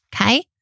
okay